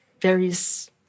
various